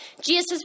Jesus